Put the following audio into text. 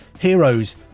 Heroes